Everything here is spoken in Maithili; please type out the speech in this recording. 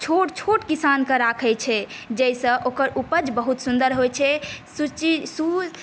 छोट छोट किसानके राखै छै जाहिसँ ओकर उपज बहुत सुन्दर होइ छै सूचि सु